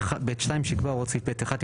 מי בעד?